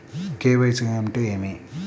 KYC అంటే ఏమి?